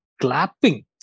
clapping